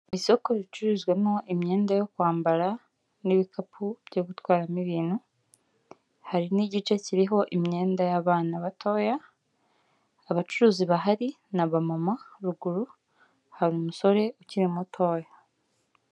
Isoko ricuruzwamo imyenda yo kwambara n'ibikapu byo gutwaramo ibintu hari n'igice kiriho imyenda y'abana batoya abacuruzi bahari ni abamama ruguru hari umusore ukiri mutoya.